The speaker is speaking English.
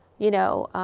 you know,